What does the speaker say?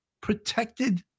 protected